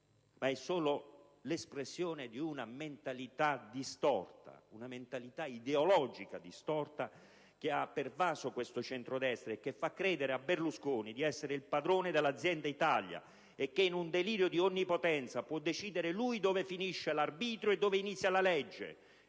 ma solo dell'espressione di una mentalità ideologica distorta che ha pervaso questo centrodestra e fa credere a Berlusconi di essere il padrone dell'azienda Italia e, in un delirio di onnipotenza, di poter decidere lui dove finisce l'arbitrio e dove inizia la legge.